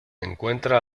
encuentra